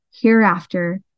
hereafter